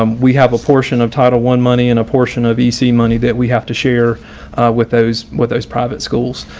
um we have a portion of title one money and a portion of vc money that we have to share with those with those private schools.